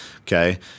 Okay